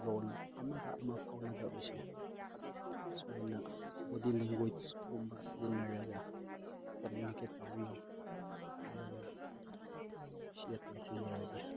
ꯂꯣꯟ ꯑꯝꯒ ꯑꯝꯒ ꯐꯥꯎꯅꯗꯕꯁꯦ ꯁꯨꯃꯥꯏꯅ ꯕꯣꯗꯤ ꯂꯦꯡꯒ꯭ꯋꯦꯁꯀꯨꯝꯕ ꯁꯤꯖꯤꯟꯅꯔꯒ ꯀꯝꯃꯨꯅꯤꯀꯦꯠ ꯇꯧꯏ ꯍꯥꯏꯔꯒ ꯁꯤꯗ ꯇꯦꯟꯁꯤꯟꯖꯔꯒꯦ